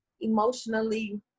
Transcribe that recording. emotionally